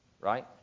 right